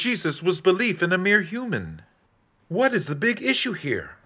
jesus was belief in the mere human what is the big issue here